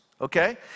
okay